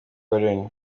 warren